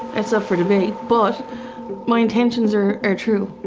it's up for debate, but my intentions are are true.